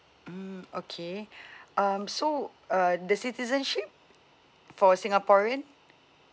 mm okay um so uh the citizenship for singaporean